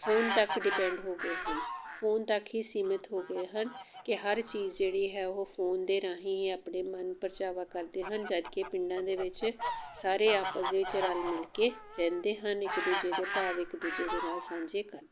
phone ਤੱਕ depend ਹੋ ਗਏ ਹਨ ਫੋਨ ਤੱਕ ਹੀ ਸੀਮਿਤ ਹੋ ਗਏ ਹਨ ਕਿ ਹਰ ਚੀਜ਼ ਜਿਹੜੀ ਹੈ ਉਹ ਫੋਨ ਦੇ ਰਾਹੀਂ ਆਪਣੇ ਮਨ ਪਰਚਾਵਾ ਕਰਦੇ ਹਨ ਜਦਕਿ ਪਿੰਡਾਂ ਦੇ ਵਿੱਚ ਸਾਰੇ ਆਪਸ ਦੇ ਵਿੱਚ ਰਲ ਮਿਲ ਕੇ ਰਹਿੰਦੇ ਹਨ ਇੱਕ ਦੂਜੇ ਦੇ ਭਾਵ ਇੱਕ ਦੂਜੇ ਦੇ ਨਾਲ ਸਾਂਝੇ ਕਰਦੇ ਹਨ